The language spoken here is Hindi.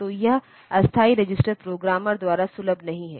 तो यह अस्थायी रजिस्टर प्रोग्रामर द्वारा सुलभ नहीं है